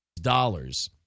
dollars